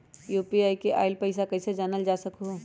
UPI से आईल पैसा कईसे जानल जा सकहु?